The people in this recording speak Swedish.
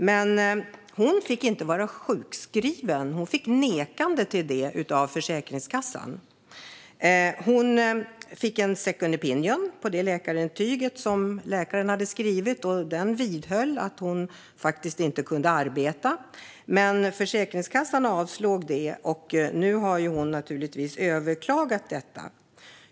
Men hon fick inte vara sjukskriven; hon blev nekad det av Försäkringskassan. Hon fick en second opinion på läkarens intyg som vidhöll att hon inte kunde arbeta. Men Försäkringskassan avslog detta. Nu har hon naturligtvis överklagat det.